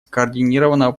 скоординированного